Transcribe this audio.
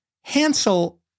Hansel